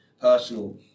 personal